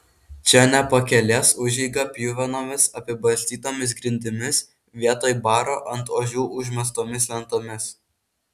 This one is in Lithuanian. čia ne pakelės užeiga pjuvenomis apibarstytomis grindimis vietoj baro ant ožių užmestomis lentomis